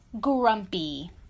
Grumpy